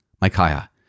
Micaiah